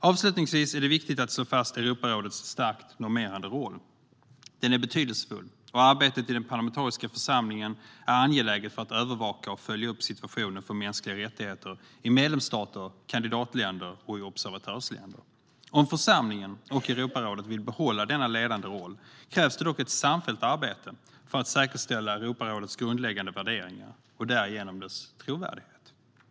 Avslutningsvis är det viktigt att slå fast Europarådets starkt normerande roll. Den är betydelsefull, och arbetet i den parlamentariska församlingen är angeläget för att övervaka och följa upp situationen för mänskliga rättigheter i medlemsstater, kandidatländer och observatörsländer. Om församlingen och Europarådet vill behålla denna ledande roll krävs det dock ett samfällt arbete för att säkerställa Europarådets grundläggande värderingar och därigenom dess trovärdighet.